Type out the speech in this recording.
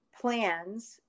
plans